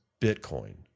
Bitcoin